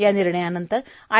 या निर्णयानंतर आय